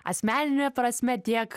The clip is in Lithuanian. asmenine prasme tiek